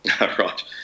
Right